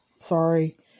sorry